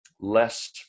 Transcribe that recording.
less